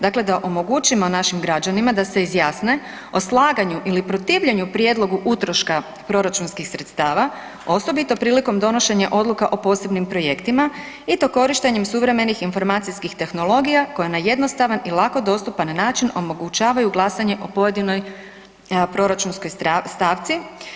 Dakle, da omogućimo našim građanima da se izjasne o slaganju ili protivljenju prijedlogu utroška proračunskih sredstava osobito prilikom donošenja odluka o posebnim projektima i to korištenjem suvremenih informacijskih tehnologija koje na jednostavan i lako dostupan način omogućavaju glasanje o pojedinoj proračunskoj stavci.